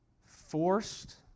forced